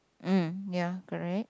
mm ya correct